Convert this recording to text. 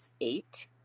eight